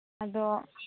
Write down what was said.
ᱟᱫᱚ